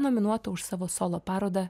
nominuota už savo solo parodą